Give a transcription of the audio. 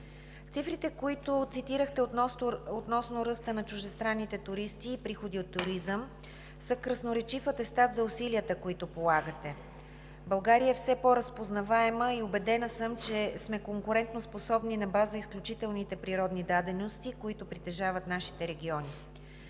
Цифрите, които цитирахте, относно ръста на чуждестранните туристи и приходи от туризъм са красноречив атестат за усилията, които полагате. България е все по-разпознаваема и убедена съм, че сме конкурентоспособни на база изключителните природни дадености, които притежават нашите региони.